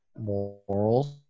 morals